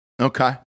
okay